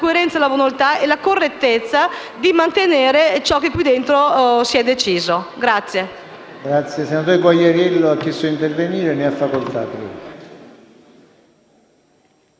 coerenza, la volontà e la correttezza di mantenere ciò che qui dentro si è deciso.